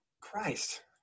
Christ